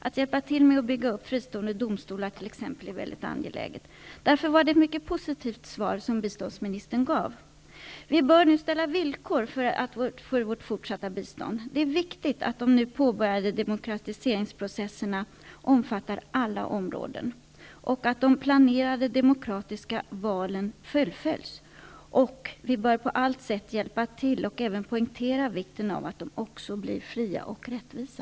Att hjälpa till med att t.ex. bygga upp fristående domstolar är väldigt angeläget. Därför var det ett mycket positivt svar som biståndsministern gav. Vi bör nu ställa villkor för vårt fortsatta bistånd. Det är viktigt att de nu påbörjade demokratiseringsprocesserna omfattar alla områden och att de planerade demokratiska valen fullföljs. Vi bör på allt sätt hjälpa till och även poängtera vikten av att de blir fria och rättvisa.